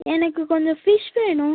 எனக்கு கொஞ்சம் ஃபிஷ் வேணும்